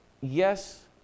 Yes